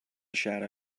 shadow